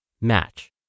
match